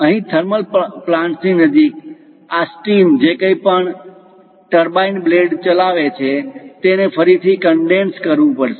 અહીં thermal plant ની નજીક આ સ્ટીમ જે કંઇ પણ ટર્બાઇન બ્લેડ ચલાવે છે તેને ફરીથી કન્ડેન્સ કરવું પડશે